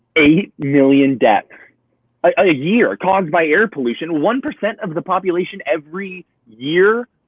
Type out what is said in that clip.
eight million deaths a year caused by air pollution, one percent of the population every year.